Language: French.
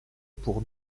pour